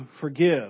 forgive